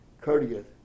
courteous